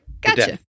Gotcha